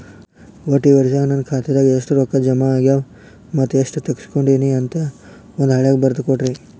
ಒಟ್ಟ ಈ ವರ್ಷದಾಗ ನನ್ನ ಖಾತೆದಾಗ ಎಷ್ಟ ರೊಕ್ಕ ಜಮಾ ಆಗ್ಯಾವ ಮತ್ತ ಎಷ್ಟ ತಗಸ್ಕೊಂಡೇನಿ ಅಂತ ಒಂದ್ ಹಾಳ್ಯಾಗ ಬರದ ಕೊಡ್ರಿ